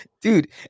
dude